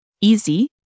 easy